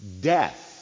death